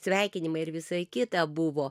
sveikinimai ir visai kita buvo